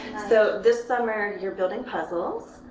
so, this summer you're building puzzles.